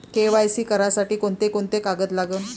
KYC करासाठी कोंते कोंते कागद लागन?